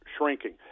shrinking